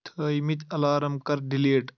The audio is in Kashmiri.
تھٲے مٕتۍ الارم کَر ڈیلیٖٹ